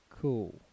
cool